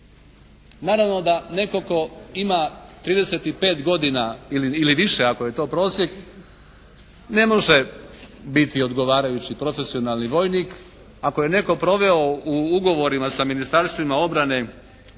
Naravno da netko tko ima 35 godina ili više ako je to prosjek ne može biti odgovarajući profesionalni vojnik. Ako je netko proveo u ugovorima sa ministarstvima obrane,